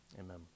Amen